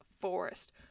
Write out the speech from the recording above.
forest